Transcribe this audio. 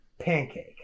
pancake